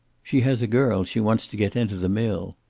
she has a girl she wants to get into the mill.